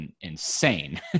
insane